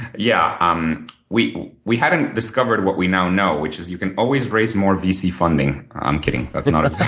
yeah, um we we hadn't discovered what we now know, which is you can always raise more vc funding. i'm kidding. that's and